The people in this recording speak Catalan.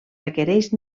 requereix